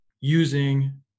using